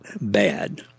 bad